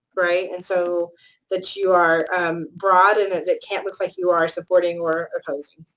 right? and so that you are broad, and and it can't look like you are supporting or opposing,